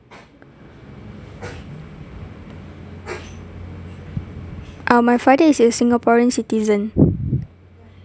uh my farther is a singaporean citizen